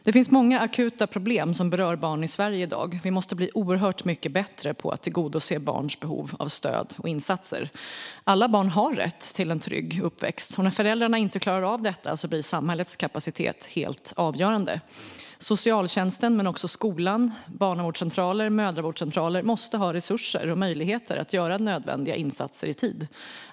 Det finns många akuta problem som berör barn i Sverige i dag, och vi måste bli oerhört mycket bättre på att tillgodose barns behov av stöd och insatser. Alla barn har rätt till en trygg uppväxt, och när föräldrarna inte klarar av detta blir samhällets kapacitet helt avgörande. Socialtjänsten, men också skolan, barnavårdscentraler och mödravårdscentraler måste ha resurser och möjligheter att göra nödvändiga insatser i tid.